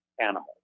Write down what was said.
animals